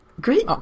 Great